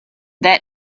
that